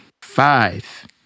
Five